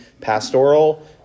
pastoral